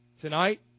tonight